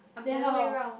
then how